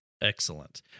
Excellent